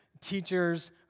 teachers